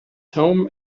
home